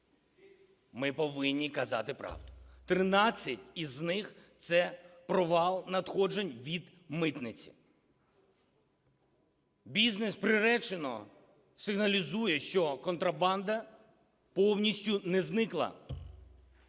Ми повинні казати правду. 13 із них – це провал надходжень від митниці. Бізнес приречено сигналізує, що контрабанда повністю не зникла.